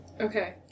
Okay